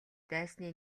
дайсны